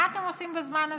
מה אתם עושים בזמן הזה?